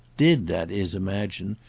did, that is, imagine,